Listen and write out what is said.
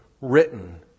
written